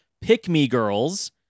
pick-me-girls